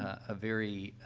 a very,